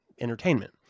entertainment